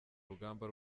rugamba